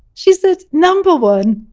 she said, number one,